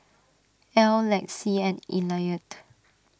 Ell Lexi and Eliot